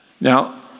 Now